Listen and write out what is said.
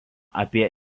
apie